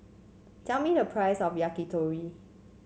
tell me the price of Yakitori